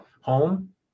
home